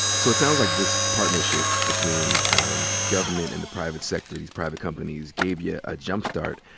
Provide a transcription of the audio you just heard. so it sounds like this partnership between government and the private sector, these private companies, gave you a jumpstart.